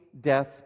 death